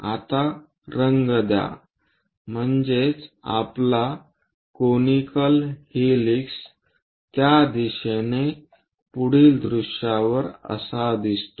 आता रंग द्या म्हणजे आपला कोनिकल हेलिक्स त्या दिशेने पुढील दृश्यावर असा दिसते